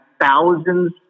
thousands